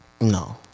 No